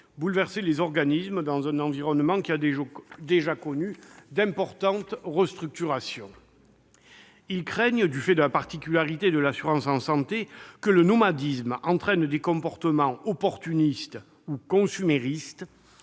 inutilement les organismes, dans un environnement qui a déjà connu d'importantes restructurations. Du fait de la particularité de l'assurance en santé, ils craignent que le nomadisme n'entraîne des comportements opportunistes ou consuméristes